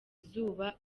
izuba